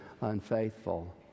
unfaithful